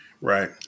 Right